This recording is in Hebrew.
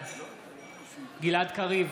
בעד גלעד קריב,